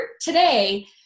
today